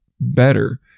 better